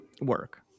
work